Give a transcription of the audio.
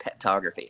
Petography